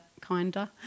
kinder